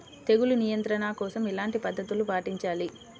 తెగులు నియంత్రణ కోసం ఎలాంటి పద్ధతులు పాటించాలి?